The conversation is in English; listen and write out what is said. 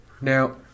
Now